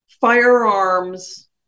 firearms